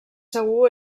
segur